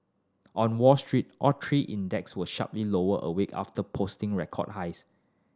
on Wall Street all three index were sharply lower a week after posting record highs